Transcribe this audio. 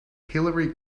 hillary